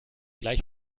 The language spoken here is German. gleich